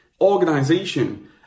Organization